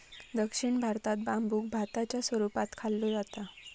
दक्षिण भारतात बांबुक भाताच्या स्वरूपात खाल्लो जाता